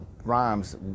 rhymes